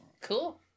Cool